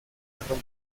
marrón